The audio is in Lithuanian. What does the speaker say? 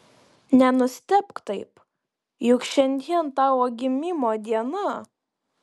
nenustebk taip juk šiandien tavo gimimo diena